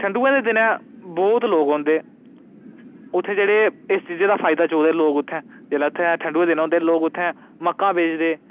ठंडू दे दिनै बहुत लोक होंदे उत्थै जेह्ड़े इस चीजै दा फायदा चुकदे लोक उत्थै ठंडू दे दिनै लोक उत्थै मक्कां बेचदे